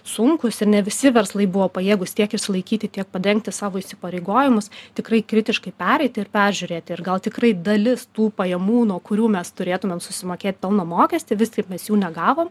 sunkūs ir ne visi verslai buvo pajėgūs tiek išsilaikyti tiek padengti savo įsipareigojimus tikrai kritiškai pereiti ir peržiūrėti ir gal tikrai dalis tų pajamų nuo kurių mes turėtumėm susimokėt pelno mokestį vis tik mes jų negavom